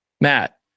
Matt